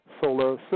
solar